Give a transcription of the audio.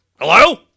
Hello